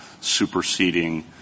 superseding